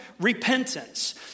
repentance